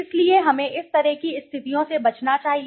इसलिए हमें इस तरह की स्थितियों से बचना चाहिए